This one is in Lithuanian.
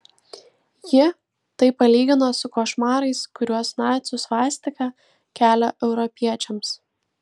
ji tai palygino su košmarais kuriuos nacių svastika kelia europiečiams